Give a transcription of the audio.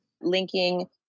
linking